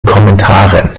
kommentaren